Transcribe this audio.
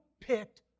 picked